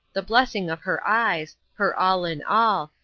the blessing of her eyes, her all in all,